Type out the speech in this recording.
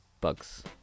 bugs